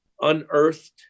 unearthed